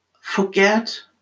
forget